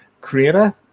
creator